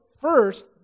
first